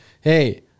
hey